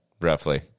roughly